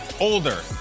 Older